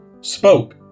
spoke